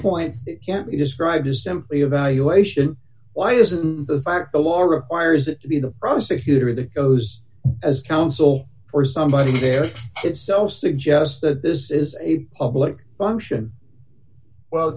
point can't be described as simply evaluation why isn't the fact the law requires it to be the prosecutor that goes as counsel or somebody else itself suggests that this is a public function well